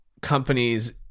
companies